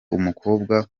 umukobwa